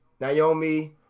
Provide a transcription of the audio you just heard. Naomi